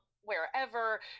wherever